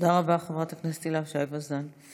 תודה רבה, חברת הכנסת הילה שי וזאן.